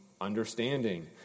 understanding